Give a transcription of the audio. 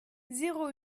zéro